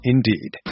Indeed